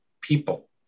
people